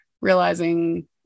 realizing